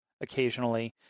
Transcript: occasionally